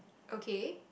okay